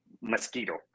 mosquito